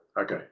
okay